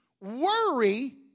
worry